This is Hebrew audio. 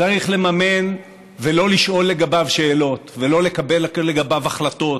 צריך לממן ולא לשאול לגביו שאלות ולא לקבל לגביו החלטות